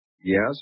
Yes